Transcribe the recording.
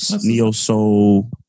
neo-soul